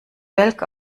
welk